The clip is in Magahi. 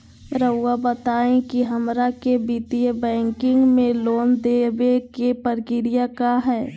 रहुआ बताएं कि हमरा के वित्तीय बैंकिंग में लोन दे बे के प्रक्रिया का होई?